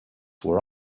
were